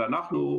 ואנחנו,